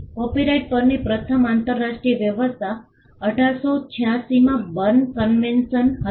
copyright પરની પ્રથમ આંતરરાષ્ટ્રીય વ્યવસ્થા 1886 માં બર્ન કન્વેન્શન હતી